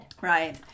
Right